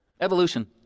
Evolution